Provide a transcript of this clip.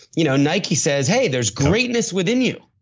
you know nike says, hey, there's greatness within you.